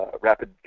rapid